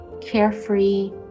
carefree